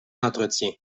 d’entretien